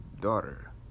daughter